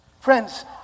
Friends